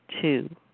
two